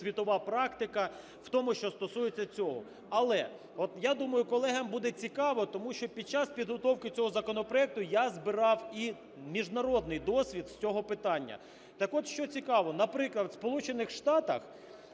світова практика, в тому що стосується цього. Але от я думаю, колегам буде цікаво, тому що під час підготовки цього законопроекту я збирав і міжнародний досвід з цього питання. Так от, що цікаво. Наприклад, у